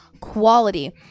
quality